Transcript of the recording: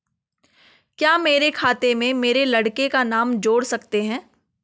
क्या मेरे खाते में मेरे लड़के का नाम जोड़ सकते हैं?